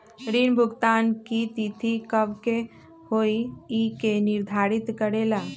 ऋण भुगतान की तिथि कव के होई इ के निर्धारित करेला?